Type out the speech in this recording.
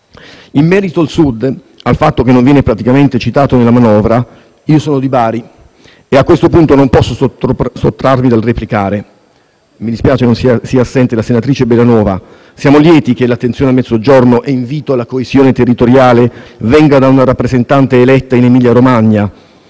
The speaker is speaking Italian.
In merito al Sud, al fatto che non viene praticamente citato nella manovra, io sono di Bari e a questo punto non posso sottrarmi dal replicare (mi dispiace sia assente la senatrice Bellanova). Siamo lieti che l'attenzione al Mezzogiorno e l'invito alla coesione territoriale vengano da una rappresentante eletta in Emilia-Romagna